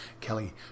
Kelly